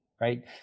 right